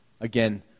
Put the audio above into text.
Again